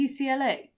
UCLA